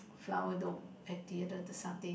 Flower Dome at the other the satay